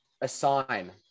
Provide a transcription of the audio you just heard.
assign